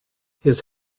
his